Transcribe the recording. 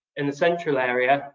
in the central area,